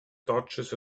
dodges